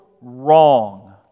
wrong